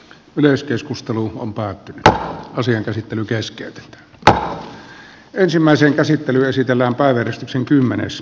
myös keskustelu on päätti pitää asian käsittely keskeytetään